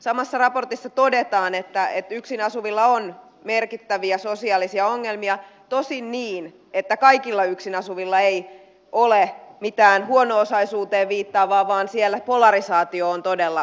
samassa raportissa todetaan että yksin asuvilla on merkittäviä sosiaalisia ongelmia tosin niin että kaikilla yksin asuvilla ei ole mitään huono osaisuuteen viittaavaa vaan siellä polarisaatio on todella suurta